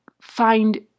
find